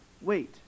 Wait